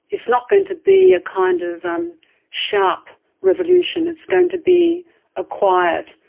it's not going to be a kind of um sharp revolution, it's going to be a quiet,